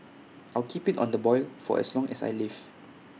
I'll keep IT on the boil for as long as I live